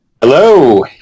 Hello